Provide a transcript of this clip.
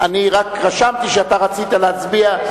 רק רשמתי שאתה רצית להצביע.